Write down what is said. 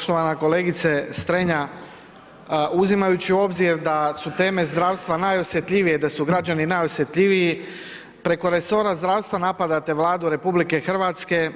Poštovana kolegice Strenja uzimajući u obzir da su teme zdravstva najosjetljivije, da su građani najosjetljiviji preko resora zdravstva napadate Vladu RH,